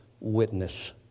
witness